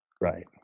Right